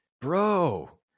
bro